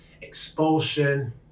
expulsion